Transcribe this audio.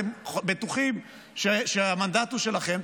אתם בטוחים שהמנדט הוא שלכם,